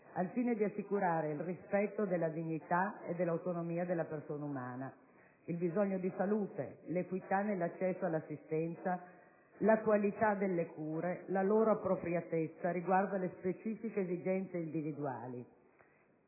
al fine di assicurare il rispetto della dignità e dell'autonomia della persona umana, il bisogno di salute, l'equità nell'accesso all'assistenza, la qualità delle cure e la loro appropriatezza riguardo alle specifiche esigenze individuali.